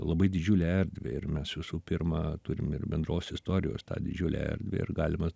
labai didžiulę erdvę ir mes visų pirma turim ir bendros istorijos tą didžiulę erdvę ir galimas